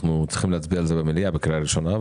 אנחנו צריכים להצביע על זה במליאה בקריאה ראשונה,